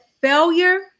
failure